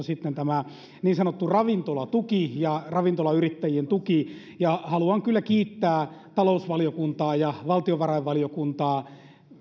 sitten sisällä tämä niin sanottu ravintolatuki ja ravintolayrittäjien tuki haluan kyllä kiittää talousvaliokuntaa ja valtiovarainvaliokuntaa